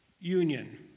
union